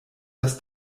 das